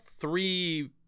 three